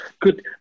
good